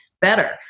better